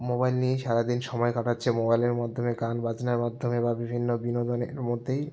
mobile নিয়েই সারা দিন সময় কাটাচ্ছে মোবাইলের মাধ্যমে বা গান বাজনার মাধ্যমে বিভিন্ন বিনোদনের মধ্যেই